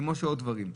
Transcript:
כמו עוד דברים.